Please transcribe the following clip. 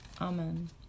Amen